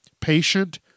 Patient